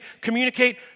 communicate